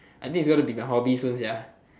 I think it's gonna be my hobby soon sia